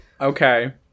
okay